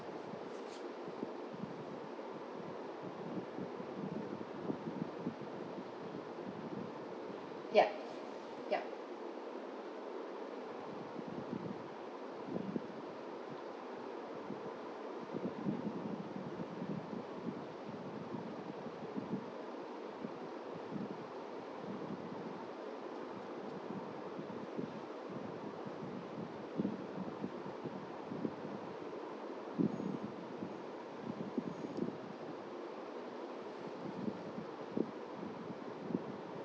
ya yup